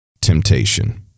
temptation